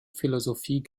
philosophie